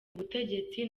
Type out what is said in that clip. ubutegetsi